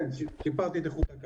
כן, שיפרתי את איכות הקו.